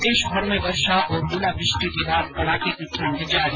प्रदेशभर में वर्षा और ओलावृष्टि के बाद कड़ाके की ठण्ड जारी